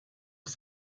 ist